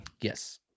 Yes